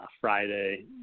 Friday